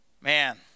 Man